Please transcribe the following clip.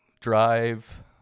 drive